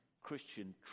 Christian